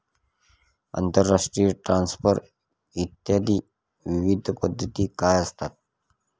आंतरराष्ट्रीय ट्रान्सफर इत्यादी विविध पद्धती काय असतात?